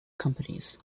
companies